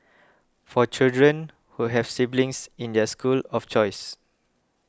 for children who have siblings in their school of choice